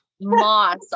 moss